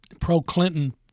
pro-Clinton